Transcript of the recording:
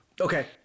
Okay